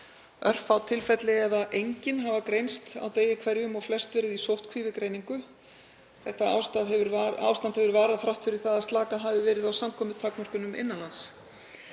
Örfá tilfelli eða engin hafa greinst á degi hverjum og flest verið í sóttkví við greiningu. Þetta ástand hefur varað þrátt fyrir að slakað hafi verið á samkomutakmörkunum innan lands.